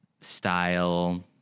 style